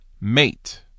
mate